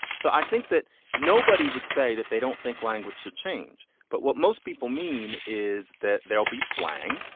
so i think that nobody would say that they don't think language should change. but what most people mean is that there'll be slang,